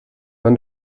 man